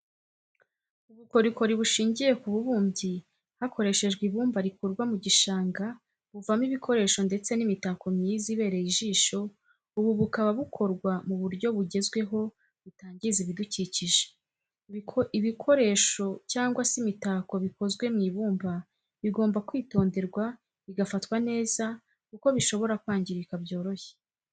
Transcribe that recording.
Ubukorikori bushingiye ku bubumbyi hakoreshejwe ibumba rikurwa mu gishanga buvamo ibikoresho ndetse n'imitako myiza ibereye ijisho ubu bukaba bukorwa mu buryo bugezweho butangiza ibidukikije. ibikoresha cyangwa se imitako bikozwe mu ibumba bigomba kwitonderwa bigafatwa neza kuko bishobora kwangirika byoroshye.